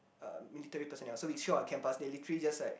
uh military personnel so we show our camp pass they literally just like